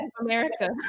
America